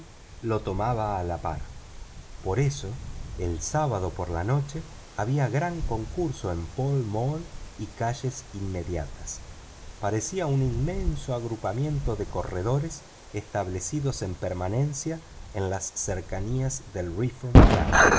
lo tomaba a la par por eso el sábado por la noche había gran concurso en pall mall y calles inmediatas parecía un inmenso agrupamiento de corredores establecidos en permanencia en las cercanías del reform club